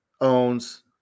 owns